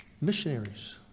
missionaries